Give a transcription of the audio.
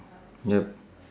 yup